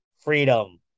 freedom